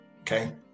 okay